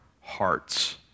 hearts